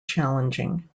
challenging